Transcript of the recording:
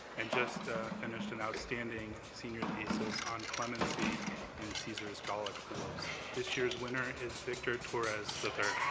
and just finished an outstanding senior thesis on clemency in cesar's gallic wars. this year's winner is victor torres